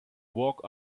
walk